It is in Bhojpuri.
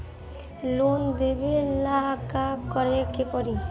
लोन लेबे ला का करे के पड़ी?